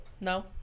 No